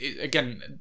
again